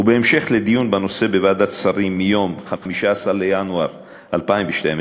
ובהמשך לדיון בנושא בוועדת שרים ביום 15 בינואר 2012,